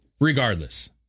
regardless